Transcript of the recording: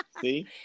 see